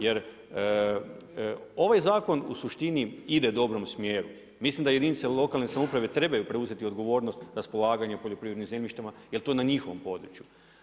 Jer ovaj zakon u suštini ide u dobrom smjeru, mislim da jedinice lokalne samouprave trebaju preuzeti odgovornost raspolaganjem poljoprivrednim zemljištima jer je to na njihovom području.